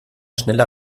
schneller